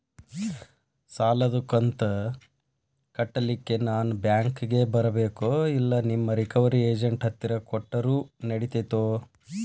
ಸಾಲದು ಕಂತ ಕಟ್ಟಲಿಕ್ಕೆ ನಾನ ಬ್ಯಾಂಕಿಗೆ ಬರಬೇಕೋ, ಇಲ್ಲ ನಿಮ್ಮ ರಿಕವರಿ ಏಜೆಂಟ್ ಹತ್ತಿರ ಕೊಟ್ಟರು ನಡಿತೆತೋ?